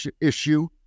issue